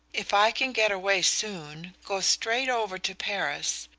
if i can get away soon go straight over to paris.